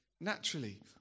Naturally